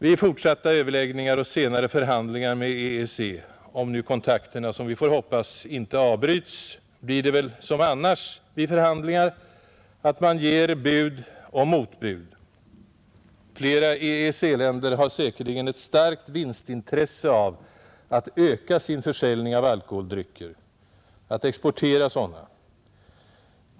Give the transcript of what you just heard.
Vid fortsatta överläggningar och senare förhandlingar med EEC — om nu kontakterna som vi får hoppas inte avbryts — blir det väl som annars vid förhandlingar att man ger bud och motbud. Flera EEC-länder har säkerligen ett starkt vinstintresse av att öka sin försäljning av alkoholdrycker och av att exportera sådana.